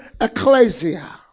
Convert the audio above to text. ecclesia